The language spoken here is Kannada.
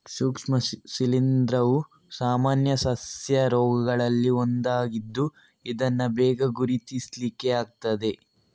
ಸೂಕ್ಷ್ಮ ಶಿಲೀಂಧ್ರವು ಸಾಮಾನ್ಯ ಸಸ್ಯ ರೋಗಗಳಲ್ಲಿ ಒಂದಾಗಿದ್ದು ಇದನ್ನ ಬೇಗ ಗುರುತಿಸ್ಲಿಕ್ಕೆ ಆಗ್ತದೆ